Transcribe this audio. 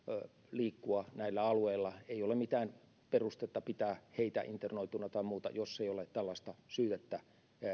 liikkua näillä alueilla ei ole mitään perustetta pitää heitä internoituna tai muuta jos ei ole tällaista syytettä